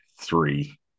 three